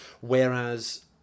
Whereas